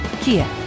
Kia